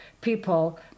people